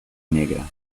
negra